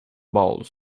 bowls